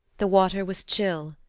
the water was chill,